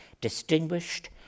distinguished